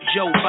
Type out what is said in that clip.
Joe